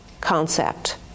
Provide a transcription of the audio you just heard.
concept